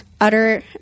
utter